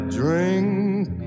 drink